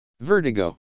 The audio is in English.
Vertigo